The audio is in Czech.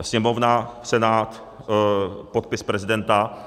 Sněmovna, Senát, podpis prezidenta.